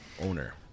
owner